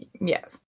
Yes